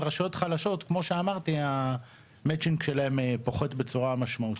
ורשויות חלשות כמו שאמרתי המצ'ינג שלהם פוחת בצורה משמעותית.